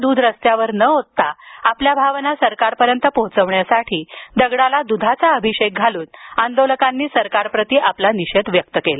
द्रध रस्त्यावर न ओतता आपल्या भावना सरकारपर्यंत पोहोचविण्याठी दगडाला दुधाचा अभिषेक घालून आंदोलकांनी सरकारचा निषेध व्यक्त केला